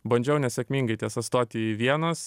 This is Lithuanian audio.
bandžiau nesėkmingai tiesa stoti į vienos